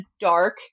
dark